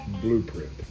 Blueprint